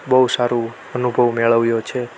બહુ સારું અનુભવ મેળવ્યો છે